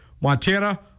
Montana